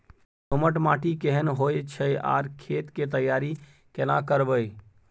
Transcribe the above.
दोमट माटी केहन होय छै आर खेत के तैयारी केना करबै?